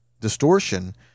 distortion